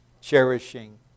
cherishing